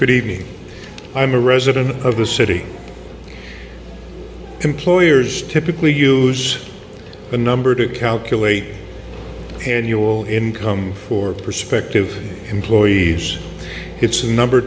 good evening i'm a resident of a city employers typically use a number to calculate annual income for prospective employees it's number